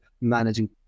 managing